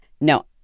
no